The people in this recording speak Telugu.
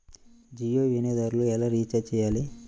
జియో వినియోగదారులు ఎలా రీఛార్జ్ చేయాలి?